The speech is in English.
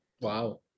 Wow